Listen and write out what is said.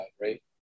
right